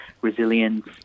resilience